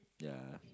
ya